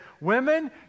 women